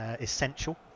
essential